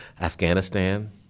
Afghanistan